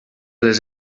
les